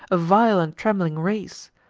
a vile and trembling race?